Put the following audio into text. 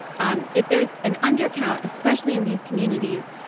um if there's an undercount, especially in these communities,